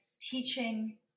teaching